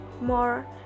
more